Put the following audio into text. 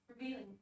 revealing